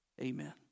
Amen